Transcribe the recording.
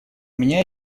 меня